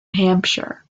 hampshire